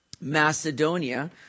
Macedonia